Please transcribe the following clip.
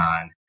on